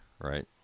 right